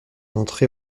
entrée